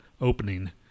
opening